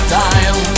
time